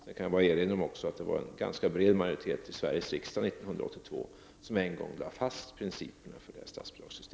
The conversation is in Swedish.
Jag kan också erinra mig att det var en ganska bred majoritet som i Sveriges riksdag 1982 lade fast principerna för det gällande statsbidragssystemet.